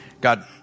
God